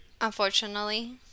Unfortunately